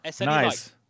nice